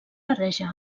barreja